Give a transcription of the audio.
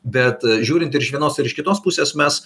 bet žiūrint ir iš vienos ir iš kitos pusės mes